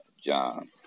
John